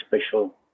special